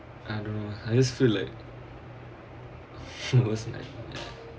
uh I dunno lah worse nightmare